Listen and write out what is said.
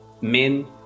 Min